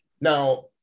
now